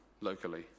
locally